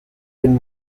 been